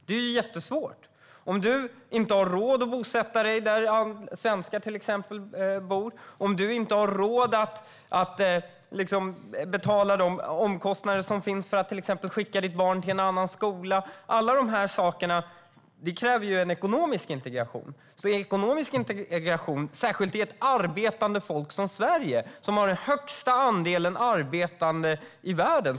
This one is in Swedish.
Det är jättesvårt om du inte har råd att bosätta dig där svenskar bor eller om du inte har råd att betala de omkostnader som finns för att till exempel skicka ditt barn till en annan skola. Alla dessa saker kräver en ekonomisk integration. Det handlar om ekonomisk integration, särskilt i ett land som Sverige som har den största andelen arbetande människor i världen.